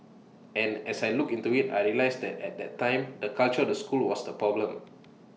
and as I looked into IT I realised that at that time the culture of the school was the problem